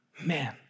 Man